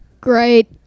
Great